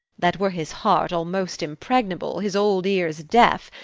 that, were his heart almost impregnable, his old ears deaf,